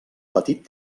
petit